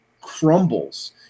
crumbles